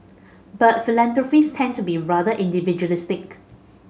but philanthropists tend to be rather individualistic